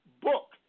book